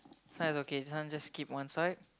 this one is okay this one just keep one side